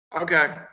Okay